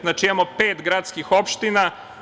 Znači, imamo pet gradskih opština.